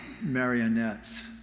marionettes